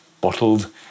bottled